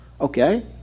Okay